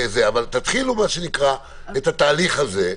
אבל תתחילו את התהליך הזה.